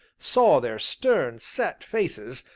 saw their stern, set faces,